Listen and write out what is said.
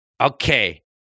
okay